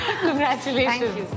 Congratulations